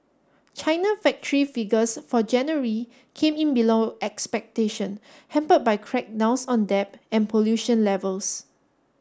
China factory figures for January came in below expectation hampered by crackdowns on debt and pollution levels